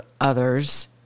others